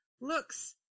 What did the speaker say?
looks